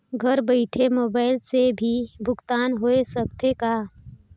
घर बइठे मोबाईल से भी भुगतान होय सकथे का?